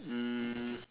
um